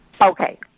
Okay